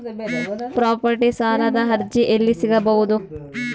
Property ಸಾಲದ ಅರ್ಜಿ ಎಲ್ಲಿ ಸಿಗಬಹುದು?